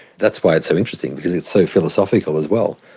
that's why it's so interesting because it's so philosophical as well.